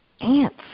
ants